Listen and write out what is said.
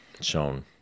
shown